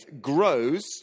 grows